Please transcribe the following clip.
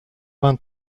vingt